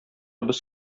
без